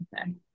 okay